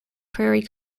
prairie